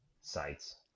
sites